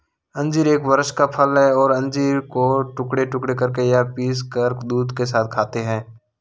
अंजीर एक वृक्ष का फल है और अंजीर को टुकड़े टुकड़े करके या पीसकर दूध के साथ खाते हैं